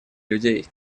людей